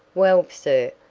well, sir,